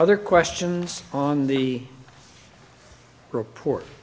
other questions on the report